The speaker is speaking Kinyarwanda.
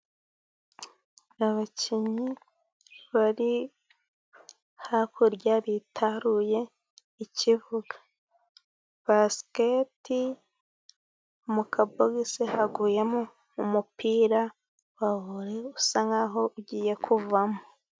Abakinnyi bari hakurya， bitaruye ikibuga. Basiketi, mu kabogisi，haguyemo umupira wa vore， usa nk'aho ugiye kuvamo.